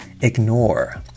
ignore